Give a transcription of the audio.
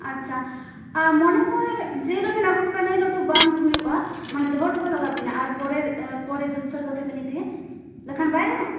ᱟᱪᱪᱷᱟ ᱟᱨ ᱢᱚᱱᱮ ᱦᱚᱭ ᱡᱮ ᱦᱤᱞᱳᱜ ᱵᱮᱱ ᱟᱹᱜᱩ ᱦᱚᱴᱚ ᱠᱟᱜᱼᱟ ᱩᱱᱦᱤᱞᱳᱜ ᱫᱚ ᱵᱟᱝ ᱦᱩᱭᱩᱜᱼᱟ ᱢᱟᱱᱮ ᱫᱚᱦᱚ ᱦᱚᱴᱚ ᱠᱟᱜ ᱞᱟᱜᱟᱣ ᱵᱮᱱᱟ ᱯᱚᱨᱮ ᱡᱩᱛ ᱥᱟᱹᱛ ᱠᱟᱛᱮᱫ ᱵᱮᱱ ᱤᱫᱤᱭᱟ ᱮᱸᱰᱮᱠᱷᱟᱱ ᱵᱟᱭ ᱜᱟᱱᱚᱜᱼᱟ